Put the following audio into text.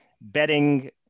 betting